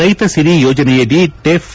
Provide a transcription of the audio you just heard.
ರೈತ ಸಿರಿ ಯೋಜನೆಯಡಿ ಟೆಫ್